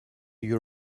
you